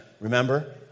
Remember